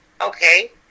Okay